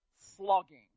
flogging